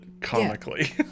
comically